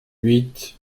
huit